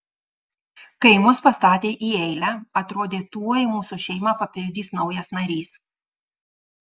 kai mus pastatė į eilę atrodė tuoj mūsų šeimą papildys naujas narys